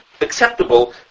acceptable